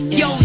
yo